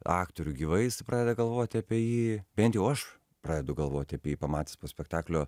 aktorių gyvai jisai pradeda galvoti apie jį bent jau aš pradedu galvoti apie jį pamatęs po spektaklio